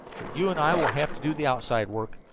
but you and i will have to do the outside work.